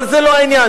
אבל זה לא העניין.